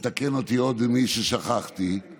תקן אותי אם שכחתי עוד מישהו,